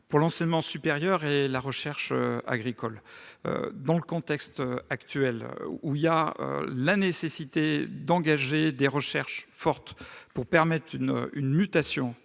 de l'enseignement supérieur et de la recherche agricoles. Dans le contexte actuel, où il est nécessaire d'engager des recherches fortes pour permettre une mutation